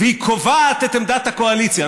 והיא קובעת את עמדת הקואליציה,